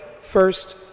first